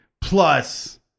Plus